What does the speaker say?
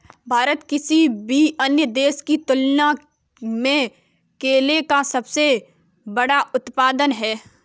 भारत किसी भी अन्य देश की तुलना में केले का सबसे बड़ा उत्पादक है